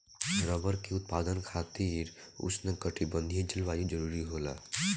rubber के उत्पादन खातिर उष्णकटिबंधीय जलवायु जरुरी होला